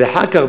ואחר כך,